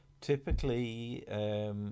Typically